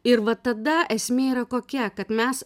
ir va tada esmė yra kokia kad mes